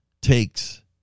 takes